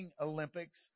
Olympics